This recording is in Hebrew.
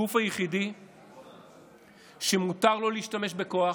הגוף היחיד שמותר לו להשתמש בכוח,